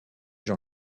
jean